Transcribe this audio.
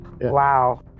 Wow